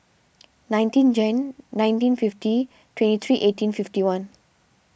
nineteen Jan nineteen fifty twenty three eighteen fifty one